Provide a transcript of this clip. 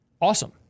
Awesome